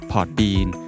Podbean